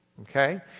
okay